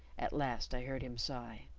at last i heard him sigh.